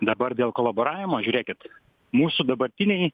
dabar dėl kolaboravimo žiūrėkit mūsų dabartiniai